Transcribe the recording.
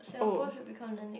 oh